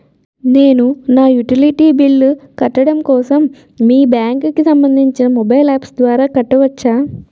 నేను నా utility bills కట్టడం కోసం మీ బ్యాంక్ కి సంబందించిన మొబైల్ అప్స్ ద్వారా కట్టవచ్చా?